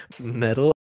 metal